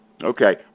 Okay